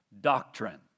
doctrine